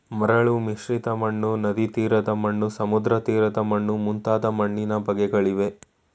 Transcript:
ಮರಳು ಮಿಶ್ರಿತ ಮಣ್ಣು, ನದಿತೀರದ ಮಣ್ಣು, ಸಮುದ್ರತೀರದ ಮಣ್ಣು ಮುಂತಾದ ಮಣ್ಣಿನ ಬಗೆಗಳಿವೆ